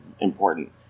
important